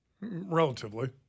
Relatively